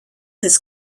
his